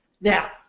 Now